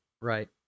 Right